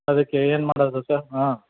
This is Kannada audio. ಅದಕ್ಕೆ ಏನು ಮಾಡೋದು ಸರ್ ಹಾಂ